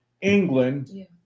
England